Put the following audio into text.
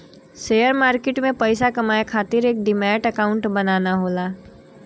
share market में पइसा कमाये खातिर एक डिमैट अकांउट बनाना होला